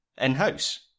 in-house